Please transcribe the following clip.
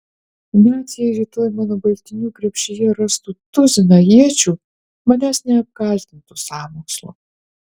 net jei rytoj mano baltinių krepšyje rastų tuziną iečių manęs neapkaltintų sąmokslu